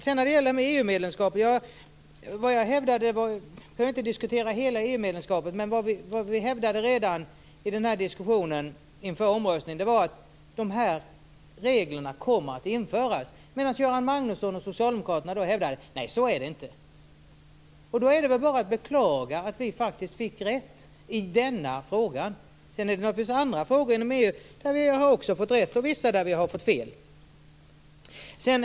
Vi behöver inte diskutera hela EU-medlemskapet, men vi hävdade redan i diskussionen inför omröstningen att de här reglerna skulle komma att införas, medan Göran Magnusson och Socialdemokraterna hävdade att det inte var så. Det är då bara att beklaga att vi fick rätt i denna fråga. Det finns naturligtvis andra frågor inom EU där vi också har fått rätt och vissa där vi har fått fel.